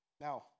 Now